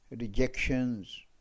rejections